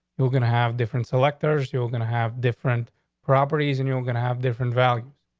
you're gonna have different selectors. you're gonna have different properties, and you're gonna have different value.